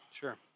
Sure